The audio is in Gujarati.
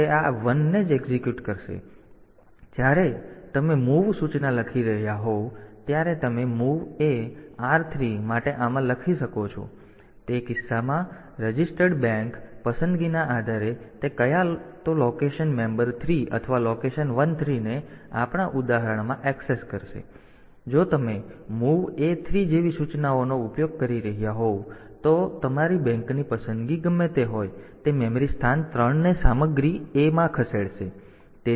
તેથી જ્યારે તમે મૂવ સૂચના લખી રહ્યા હોવ ત્યારે તમે MOV AR3 માટે આમાં લખી શકો છો તે કિસ્સામાં રજીસ્ટર્ડ બેંક પસંદગીના આધારે તે ક્યાં તો લોકેશન મેમ્બર 3 અથવા લોકેશન 13 ને આપણા ઉદાહરણમાં એક્સેસ કરશે જો કે તમે મૂવ A3 જેવી સૂચનાનો ઉપયોગ કરી રહ્યાં હોવ તો તમારી બેંકની પસંદગી ગમે તે હોય તે મેમરી સ્થાન 3 ની સામગ્રીને A માં ખસેડશે